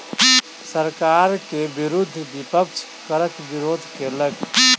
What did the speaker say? सरकार के विरुद्ध विपक्ष करक विरोध केलक